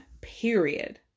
Period